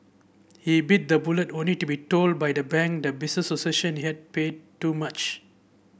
he bit the bullet only to be told by the bank that business associates that he had paid too much